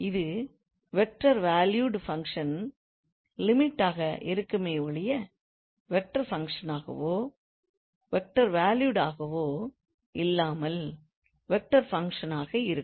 இது vector valued ஃபங்க்ஷனின் limit ஆக இருக்குமே ஒழிய வெக்டார் ஃபங்க்ஷன் ஆகவோ வெக்டார் வால்யூட் ஆகவோ இல்லாமல் வெக்டார் ஃபங்க்ஷனாக இருக்கும்